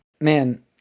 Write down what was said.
man